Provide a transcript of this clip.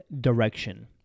direction